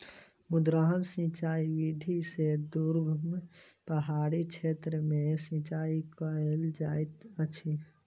उद्वहन सिचाई विधि से दुर्गम पहाड़ी क्षेत्र में सिचाई कयल जाइत अछि